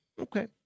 okay